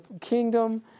kingdom